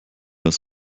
das